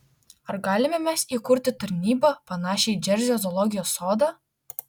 ar galime mes įkurti tarnybą panašią į džersio zoologijos sodą